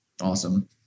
awesome